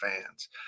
fans